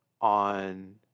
on